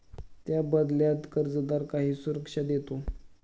त्या बदल्यात कर्जदार काही सुरक्षा देतो